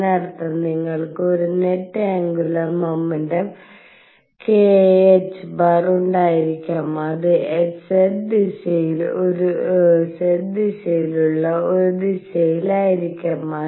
അതിനർത്ഥം നിങ്ങൾക്ക് ഒരു നെറ്റ് ആന്ഗുലർ മൊമെന്റം kℏ ഉണ്ടായിരിക്കാം അത് z ദിശയിലുള്ള ഒരു ദിശയിലായിരിക്കാം